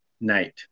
night